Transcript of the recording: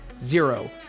zero